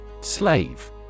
Slave